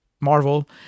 Marvel